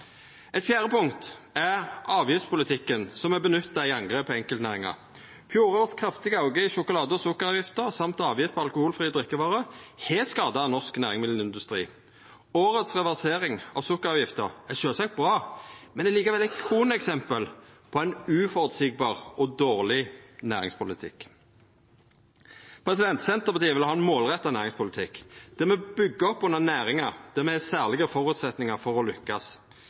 Eit fjerde punkt er avgiftspolitikken, som er nytta i angrep på enkeltnæringar. Fjorårets kraftige auke i sjokolade- og sukkeravgifta og avgift på alkoholfrie drikkevarer har skada norsk næringsmiddelindustri. Årets reversering av sukkeravgifta er sjølvsagt bra, men er likevel eit kroneksempel på ein uføreseieleg og dårleg næringspolitikk. Senterpartiet vil ha ein målretta næringspolitikk, der me byggjer opp under næringar der me har særlege føresetnader for å